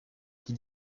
qui